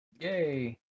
Yay